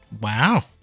Wow